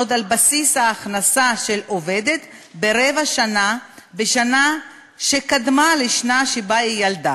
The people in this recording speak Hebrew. על בסיס ההכנסה שלה ברבע שנה בשנה שקדמה לשנה שבה היא ילדה.